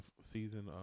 season